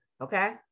Okay